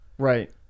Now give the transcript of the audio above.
right